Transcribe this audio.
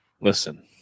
Listen